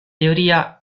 teoria